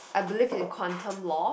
I believe in quantum law